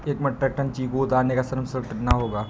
एक metric ton चीकू उतारने का श्रम शुल्क कितना होगा?